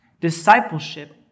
Discipleship